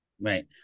Right